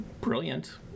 brilliant